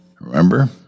Remember